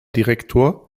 direktor